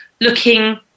looking